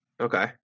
Okay